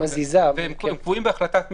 והם קבועים בהחלטת ממשלה.